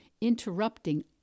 interrupting